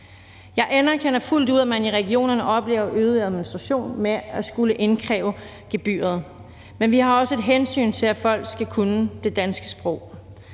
Jeg anerkender fuldt ud, at man i regionerne oplever øget administration med at skulle indkræve gebyret, men vi har også et hensyn til, at folk skal kunne det danske sprog.